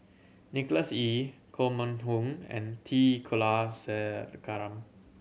Nicholas Ee Koh Mun Hong and T Kulasekaram